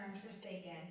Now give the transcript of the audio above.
forsaken